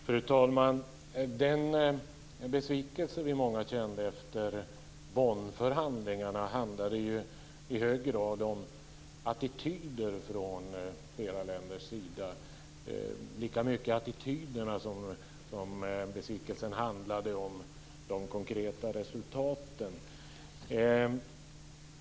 Fru talman! Den besvikelse många av oss kände efter Bonnförhandlingarna handlade ju i hög grad om attityder från flera länders sida, lika mycket attityderna som besvikelsen handlade om de konkreta resultaten.